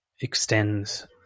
extends